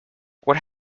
what